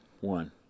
One